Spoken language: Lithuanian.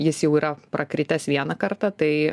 jis jau yra prakritęs vieną kartą tai